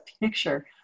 picture